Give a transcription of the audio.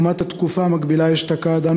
לעומת התקופה המקבילה אשתקד,